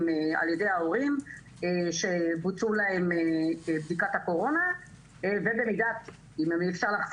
על ידי ההורים שבוצעה להם בדיקת הקורונה ואם אי אפשר לה-...